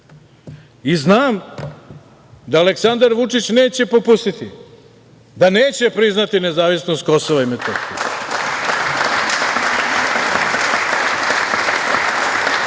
i znam da Aleksandar Vučić neće popustiti, da neće priznati nezavisnost Kosova i Metohije,